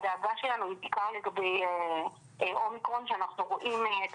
הדאגה שלנו היא בעיקר לגבי אומיקרון שאנחנו רואים את